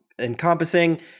encompassing